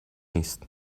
نیست